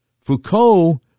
Foucault